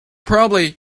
probably